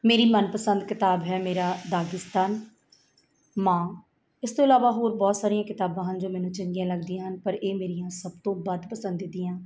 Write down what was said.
ਮੇਰੀ ਮਨਪਸੰਦ ਕਿਤਾਬ ਹੈ ਮੇਰਾ ਦਾਗਿਸਤਾਨ ਮਾਂ ਇਸ ਤੋਂ ਇਲਾਵਾ ਹੋਰ ਬਹੁਤ ਸਾਰੀਆਂ ਕਿਤਾਬਾਂ ਹਨ ਜੋ ਮੈਨੂੰ ਚੰਗੀਆਂ ਲੱਗਦੀਆਂ ਹਨ ਪਰ ਇਹ ਮੇਰੀਆਂ ਸਭ ਤੋਂ ਵੱਧ ਪਸੰਦੀਦੀ ਦੀਆਂ